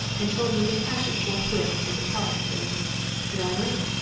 and told me to cash it forthwith and depart. and here i am!